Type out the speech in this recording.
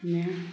हमे